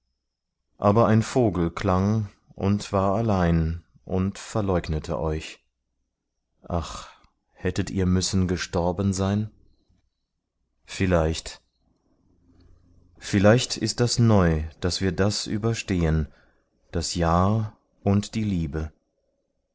aber ein vogel klang und war allein und verleugnete euch ach hättet ihr müssen gestorben sein vielleicht vielleicht ist das neu daß wir das überstehen das jahr und die liebe